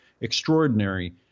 extraordinary